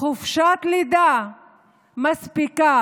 חופשת לידה מספיקה,